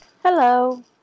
Hello